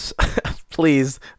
please